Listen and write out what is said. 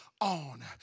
on